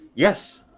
yes,